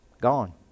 Gone